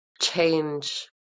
change